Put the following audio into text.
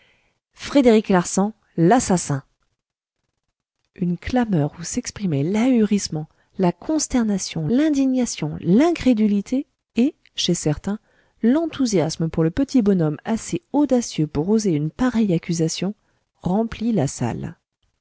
frédéric larsan l'assassin une clameur où s'exprimaient l'ahurissement la consternation l'indignation l'incrédulité et chez certains l'enthousiasme pour le petit bonhomme assez audacieux pour oser une pareille accusation remplit la salle